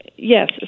Yes